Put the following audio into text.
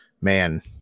man